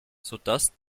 sodass